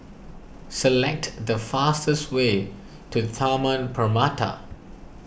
select the fastest way to Taman Permata